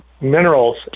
minerals